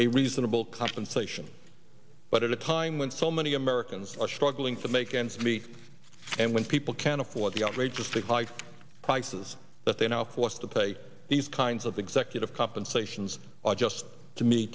a reasonable compensation but a time when so many americans are struggling to make ends meet and when people can't afford the outrageous fifty five prices that they are now forced to pay these kinds of the executive compensation is just to me